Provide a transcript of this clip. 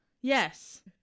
Yes